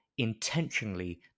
Intentionally